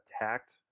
attacked